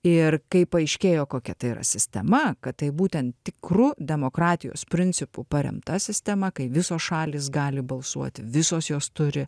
ir kai paaiškėjo kokia tai yra sistema kad tai būtent tikru demokratijos principu paremta sistema kai visos šalys gali balsuoti visos jos turi